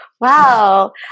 Wow